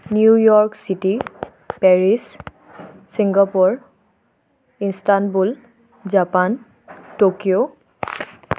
New York city Paris Singapore Istanbul Japan Tokyo